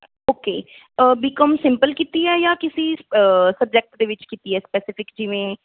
okay B com simple ਕੀਤੀ ਹੈ ਜਾਂ ਕਿਸੀ ਸਬਜੈਕਟ ਦੇ ਵਿੱਚ ਕੀਤੀ ਹੈ ਸਪੈਸਫਿਕ ਜਿਵੇਂ